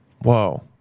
Whoa